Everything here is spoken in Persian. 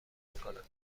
میکند